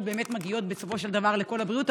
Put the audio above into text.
באמת מגיעות בסופו של דבר לקול הבריאות,